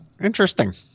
Interesting